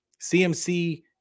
CMC